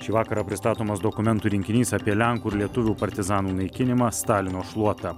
šį vakarą pristatomas dokumentų rinkinys apie lenkų ir lietuvių partizanų naikinimą stalino šluota